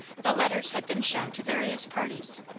the letters had been shown to various parties,